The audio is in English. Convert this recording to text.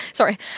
sorry